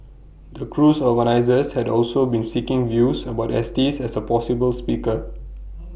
the cruise organisers had also been seeking views about Estes as A possible speaker